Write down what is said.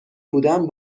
بودم